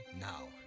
now